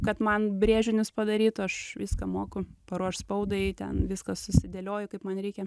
kad man brėžinius padarytų aš viską moku paruošt spaudai ten viską susidėlioju kaip man reikia